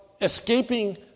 escaping